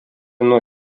nuo